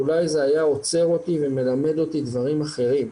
עד שנכנסתי לרטורנו לקח המון זמן.